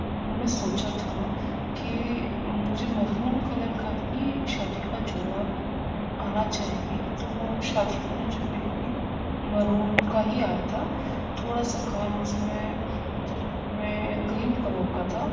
میں نے سوچا تھا کہ مجھے مرہون کلر کا ہی شادی کا جوڑا آنا چاہیے تو شادی پر مجھے بالکل مرہون کا ہی آیا تھا تھوڑا سا کام اس میں میں کریم کلر کا تھا